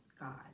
God